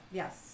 yes